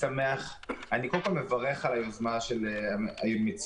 אני כל פעם מברך על היוזמה של המציעים